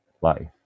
life